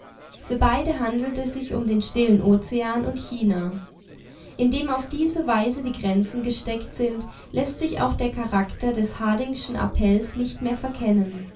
für beide handelt es sich um den stillen ozean und china indem auf diese weise die grenzen gesteckt sind läßt sich auch der charakter des hardingschen appells nicht mehr verkennen